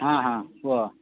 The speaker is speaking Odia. ହଁ ହଁ କୁହ